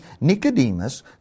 Nicodemus